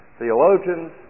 theologians